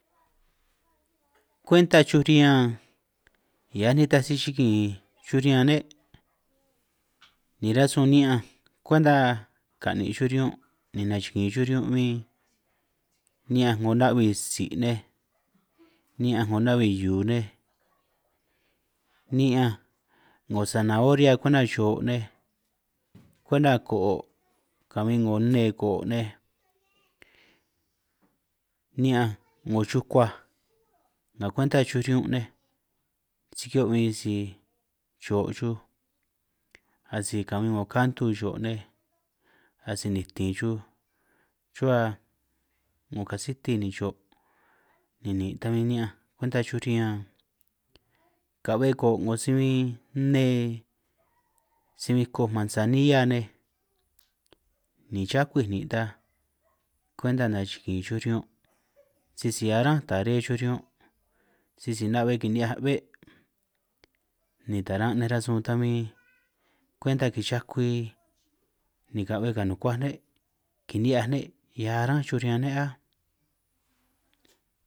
Kuenta chuj riñan hiaj nitaj chigin chuj riñan ne', ni rasun ni'ñanj kwenta ka'nin' chuj riñun' ni nachigin chuj riñun' bin ni'ñanj, 'ngo na'bi tsi' nej ni'ñanj 'ngo na'bi' hiu nej, ni'ñanj 'ngo sanahoria kwenta cho' nej kwenta ko'o kabin, 'ngo nne ko'oj nej ni'ñanj 'ngo chukuaj nga kwenta chuj chiñun' nej si ki'hioj bin si cho chuj, asi kabin 'ngo kantu cho' chuj nej asi nitin chuj chuhua 'ngo kasiti, ni cho' ni nini' ta bin ni'ñanj kwenta chuj riñan ka'be ko'o' ngo si bin nne si bin koj mansanilla nej, ni chakui ni' ta kwenta nachikin chuj riñun' sisi arán tare chuj riñun', sisi na'be kini'hiaj be'ej ni taran' nej rasun tan bin kwenta kichakui ni ka'be kanukuaj ne' kini'hiaj ne', ñan aránj chuj riñan ne' áj.